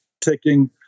taking